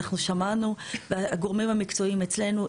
אנחנו שמענו והגורמים המקצועיים אצלנו,